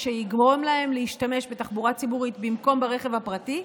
שיגרום להם להשתמש בתחבורה ציבורית במקום ברכב הפרטי,